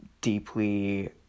deeply